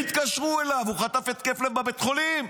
והתקשרו אליו, הוא חטף התקף לב בבית חולים.